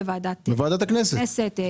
בוועדת הכנסת.